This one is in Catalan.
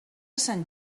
sant